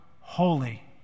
holy